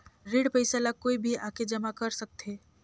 ऋण पईसा ला कोई भी आके जमा कर सकथे?